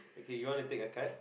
okay you wanna take a card